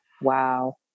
wow